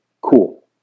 Cool